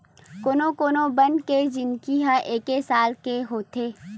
कोनो कोनो बन के जिनगी ह एके साल के होथे